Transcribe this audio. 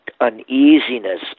uneasiness